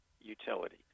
utility